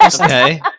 Okay